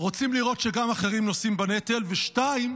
רוצים לראות שגם אחרים נושאים בנטל ושתיים